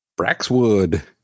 Braxwood